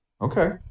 Okay